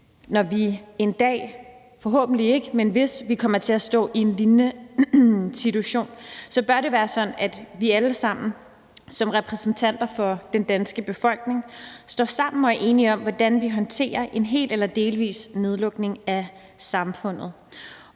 det sker forhåbentlig ikke – kommer til at stå i en lignende situation, og så bør det være sådan, at vi alle sammen som repræsentanter for den danske befolkning står sammen og er enige om, hvordan vi håndterer en hel eller delvis nedlukning af samfundet.